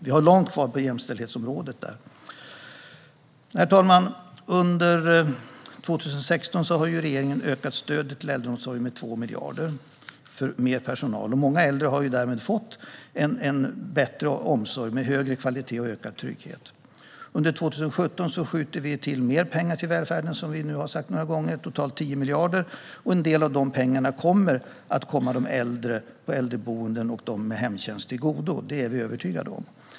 Vi har långt kvar på jämställdhetsområdet där. Herr talman! Under 2016 har regeringen ökat stödet till äldreomsorgen med 2 miljarder för mer personal. Många äldre har därmed fått en bättre omsorg med högre kvalitet och ökad trygghet. Under 2017 skjuter vi till mer pengar till välfärden - totalt 10 miljarder. En del av dessa pengar kommer att komma de äldre på äldreboenden och äldre med hemtjänst till godo; det är vi övertygade om.